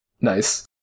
Nice